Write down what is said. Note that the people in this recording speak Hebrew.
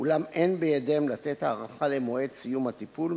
אולם אין בידיהם לתת הערכה למועד סיום הטיפול,